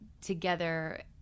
together